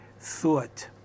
thought